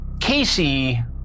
Casey